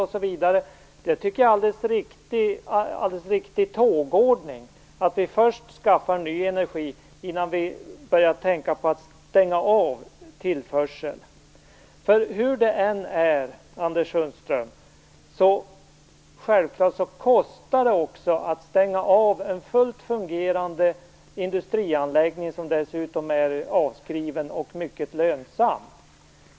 Det tycker jag är en alldeles riktig tågordning, först skaffar vi ny energi innan vi börjar tänka på att stänga av tillförseln. Hur det än är kostar det också att stänga av en fullt fungerande industrianläggning, som dessutom är avskriven och mycket lönsam?